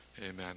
amen